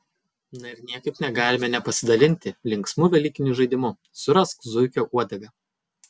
na ir niekaip negalime nepasidalinti linksmu velykiniu žaidimu surask zuikio uodegą